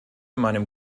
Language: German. meinem